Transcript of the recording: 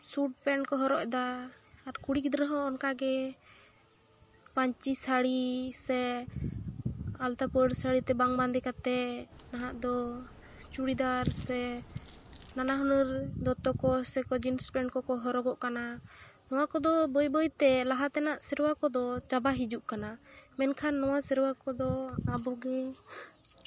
suit pant ᱠᱚ ᱦᱚᱨᱚᱜ ᱮᱫᱟ ᱟᱨ ᱠᱩᱲᱤ ᱜᱤᱫᱽᱨᱟᱹ ᱦᱚᱸ ᱚᱱᱠᱟᱜᱮ ᱯᱟᱹᱧᱪᱤ ᱥᱟᱹᱲᱤ ᱥᱮ ᱟᱞᱛᱟᱯᱟᱹᱲ ᱥᱟᱹᱲᱤ ᱛᱮ ᱵᱟᱝ ᱵᱟᱸᱫᱮ ᱠᱟᱛᱮᱫ ᱱᱟᱦᱟᱜ ᱫᱚ ᱪᱩᱲᱤᱫᱟᱨ ᱥᱮ ᱱᱟᱱᱟ ᱦᱩᱱᱟᱹᱨ ᱫᱚᱛᱚ ᱠᱚ ᱥᱮ ᱡᱤᱱᱥ ᱯᱮᱱᱴ ᱠᱚᱠᱚ ᱦᱚᱨᱚᱜᱚᱜ ᱠᱟᱱᱟ ᱱᱚᱣᱟ ᱠᱚᱫᱚ ᱵᱟᱹᱭ ᱵᱟᱹᱭᱛᱮ ᱞᱟᱦᱟ ᱛᱮᱱᱟᱜ ᱥᱮᱨᱣᱟ ᱠᱚᱫᱚ ᱪᱟᱵᱟ ᱦᱤᱡᱩᱜ ᱠᱟᱱᱟ ᱢᱮᱱᱠᱷᱟᱱ ᱱᱚᱣᱟ ᱥᱮᱨᱣᱟ ᱠᱚᱫᱚ ᱟᱵᱚ ᱜᱮ